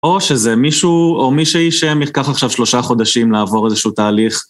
או שזה מישהו, או מי שהיא שם ייקח עכשיו שלושה חודשים לעבור איזשהו תהליך.